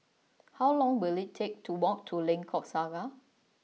how long will it take to walk to Lengkok Saga